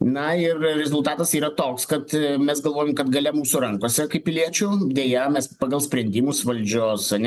na ir rezultatas yra toks kad mes galvojam kad galia mūsų rankose kaip piliečių deja mes pagal sprendimus valdžios ane